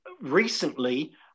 recently